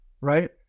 right